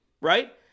right